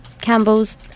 Campbell's